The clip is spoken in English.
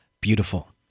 Beautiful